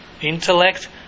Intellect